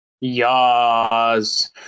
Yes